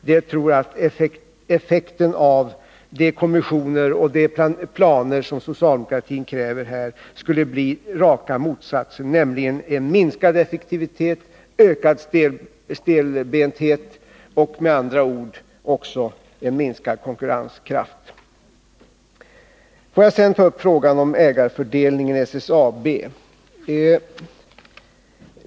Jag tror att effekten av de kommissioner och planer som socialdemokratin kräver skulle bli raka motsatsen, nämligen en minskad effektivitet, en ökad stelbenthet och, med andra ord, också en minskad konkurrenskraft. Jag vill sedan ta upp frågan om ägarfördelningen i SSAB.